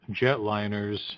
Jetliners